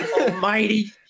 Almighty